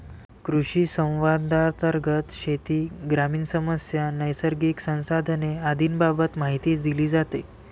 कृषिसंवादांतर्गत शेती, ग्रामीण समस्या, नैसर्गिक संसाधने आदींबाबत माहिती दिली जाते